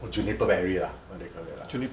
oh juniper berry ah what do they call that ah